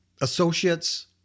associates